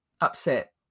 upset